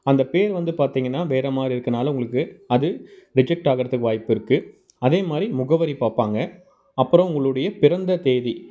அந்தப் பேர் வந்து பார்த்தீங்கன்னா வேறு மாதிரி இருக்கறனால உங்களுக்கு அது ரிஜெக்ட் ஆகிறதுக்கு வாய்ப்பு இருக்குது அதே மாதிரி முகவரி பார்ப்பாங்க அப்புறம் உங்களுடைய பிறந்த தேதி